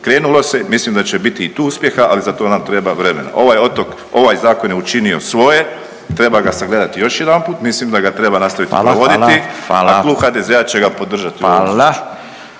Krenulo se, mislim da će biti i tu uspjeha, ali za to nam treba vremena. Ovaj otok, ovaj zakon je učinio svoje. Treba ga sagledati još jedanput. Mislim da ga treba nastaviti provoditi … …/Upadica Radin: